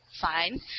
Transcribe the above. fine